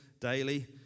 daily